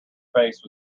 face